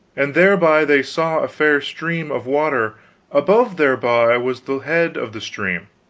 and thereby they saw a fair stream of water above thereby was the head of the stream,